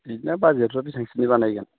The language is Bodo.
बिदिब्ला बाजेटखो बेसांसोनि बानायगोन